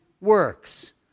works